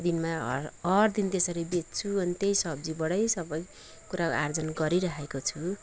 दिनमा हर हर दिन त्यसरी बेच्छु अनि त्यही सब्जीबाटै सबै कुरा आर्जन गरिराखेको छु